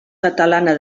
catalana